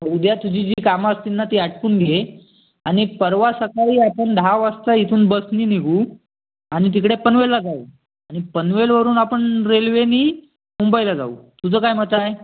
उद्या तुझी जी काम असतील ना ती आटपून घे आणि परवा सकाळी आपण दहा वाजता इथून बसनी निघू आणि तिकडे पनवेलला जाऊ आणि पनवेलवरून आपण रेल्वेनी मुंबईला जाऊ तुझं काय मत आहे